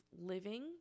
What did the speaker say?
living